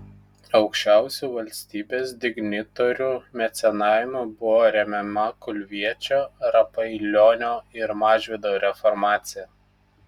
aukščiausių valstybės dignitorių mecenavimu buvo remiama kulviečio rapailionio ir mažvydo reformacija